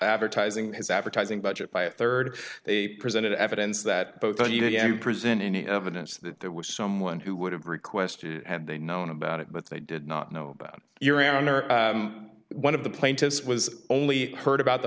advertising his advertising budget by a third they presented evidence that both of you present any evidence that there was someone who would have requested had they known about it but they did not know about your honor one of the plaintiffs was only heard about the